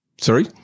Sorry